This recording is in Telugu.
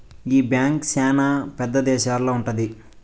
ఈ బ్యాంక్ శ్యానా పెద్ద దేశాల్లో ఉంటది